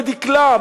בדקלה,